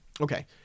okay